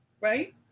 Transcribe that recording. right